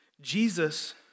Jesus